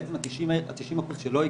בעצם ה-90 אחוז שלא הגיעו,